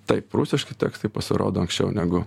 taip prūsiški tekstai pasirodo anksčiau negu